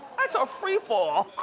that's a free fall.